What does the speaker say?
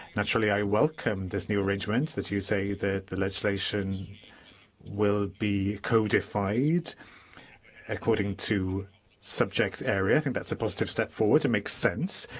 naturally, i welcome this new arrangement that you say that the legislation will be codified according to subject area. i think that that's a positive step forward and makes sense.